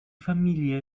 familie